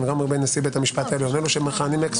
ונשיא בית המשפט העליון לא ייספרו.